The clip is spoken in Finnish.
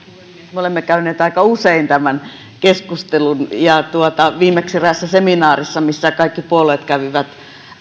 me olemme käyneet aika usein tämän keskustelun viimeksi eräässä seminaarissa missä kaikki puolueet kävivät